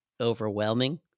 overwhelming